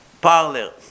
Parler